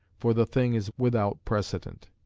for the thing is without precedent.